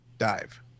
Dive